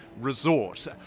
resort